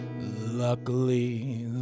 luckily